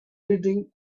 treating